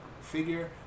figure